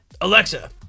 Alexa